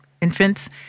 infants